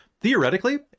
theoretically